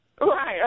Right